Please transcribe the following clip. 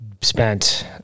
spent